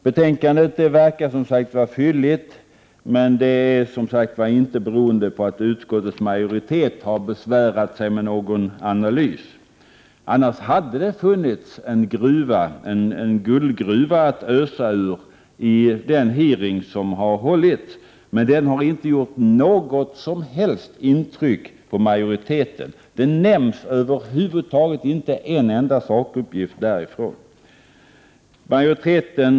Betänkandet förefaller som sagt fylligt, men det beror inte på att utskottets majoritet har besvärat sig med att göra någon analys. Annars hade det funnits en guldgruva att ösa ur i den hearing som har hållits. Men denna har inte gjort något som helst intryck på majoriteten. Man nämner över huvud taget inte en enda sakuppgift från den.